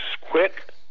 quick